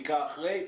בדיקה אחרי,